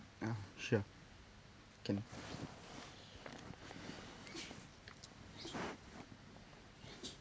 ah sure can